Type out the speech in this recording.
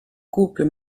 couple